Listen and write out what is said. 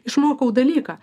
išmokau dalyką